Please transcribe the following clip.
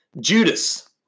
Judas